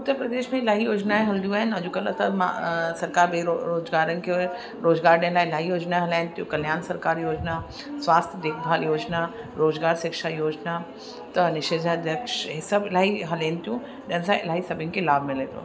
उत्तर प्रदेश में इलाही योजनायूं हलदियूं आहिनि अॼुकल्ह त मां सरकार बेरोज़गारनि खे रोज़गार ॾियनि लाइ इलाही योजनायूं हलाइनि थियूं कल्याण सरकारी योजना स्वास्थ्य देखभाल योजना रोजगार शिक्षा योजना तनिशजा जक्ष इहे सभु इलाही हलन थियूं जंहिंसां इलाही सभिनि खे लाभ मिले थो